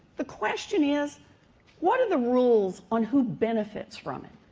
the question is what are the rules on who benefits from it?